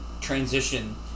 transition